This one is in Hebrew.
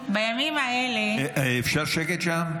בימים האלה -- אפשר שקט שם?